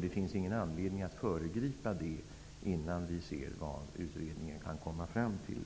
Det finns ingen anledning att föregripa utredningen innan vi ser vad den kan komma fram till.